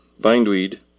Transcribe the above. bindweed